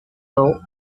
law